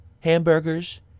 hamburgers